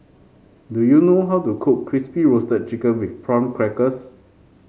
do you know how to cook Crispy Roasted Chicken with Prawn Crackers